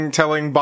telling